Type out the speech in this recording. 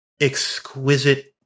exquisite